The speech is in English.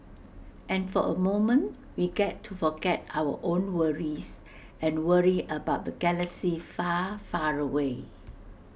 and for A moment we get to forget our own worries and worry about the galaxy far far away